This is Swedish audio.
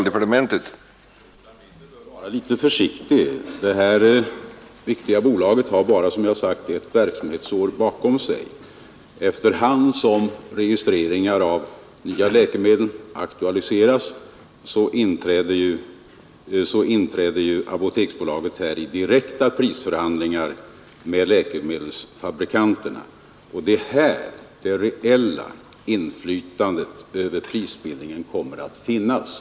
Herr talman! Herr Burenstam Linder bör vara litet försiktig. Apoteksbolaget har, som jag sagt, bara ett verksamhetsår bakom sig. Efter hand som registreringen av nya läkemedel aktualiseras träder ju Apoteksbolaget i direkta prisförhandlingar med läkemedelsfabrikanterna, och det är i samband därmed som det reella inflytandet över prisbildningen kommer att utövas.